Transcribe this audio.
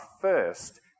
first